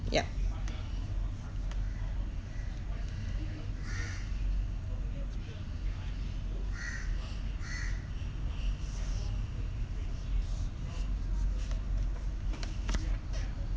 yup